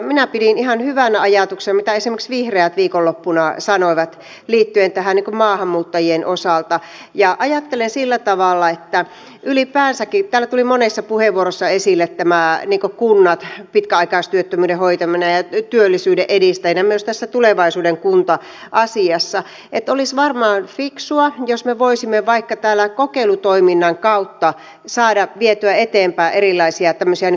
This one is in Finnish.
minä pidin ihan hyvänä ajatuksena sitä mitä esimerkiksi vihreät viikonloppuna sanoivat maahanmuuttajiin liittyen ja ajattelen sillä tavalla että ylipäänsäkin täällä tuli monessa puheenvuorossa esille nämä kunnat pitkäaikaistyöttömyyden hoitaminen ja työllisyyden edistäminen myös tässä tulevaisuuden kunta asiassa olisi varmaan fiksua jos me voisimme vaikka täällä kokeilutoiminnan kautta saada vietyä eteenpäin erilaisia tämmöisiä työllistämismalleja